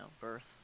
birth